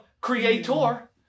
creator